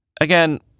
Again